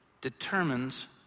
determines